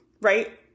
right